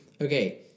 okay